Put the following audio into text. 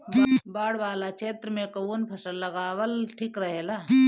बाढ़ वाला क्षेत्र में कउन फसल लगावल ठिक रहेला?